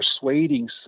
persuading